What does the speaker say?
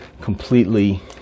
completely